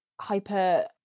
hyper